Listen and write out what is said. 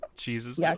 jesus